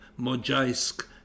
Mojaisk